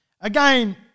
again